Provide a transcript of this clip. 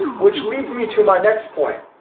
which leads me to my next point,